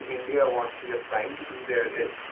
india what we are trying to do there is,